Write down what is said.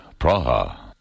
Praha